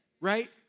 Right